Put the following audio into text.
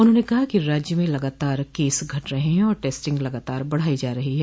उन्होंने कहा कि राज्य में लगातार केस घट रहे है और टेस्टिंग लगातार बढ़ाई जा रही है